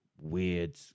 weird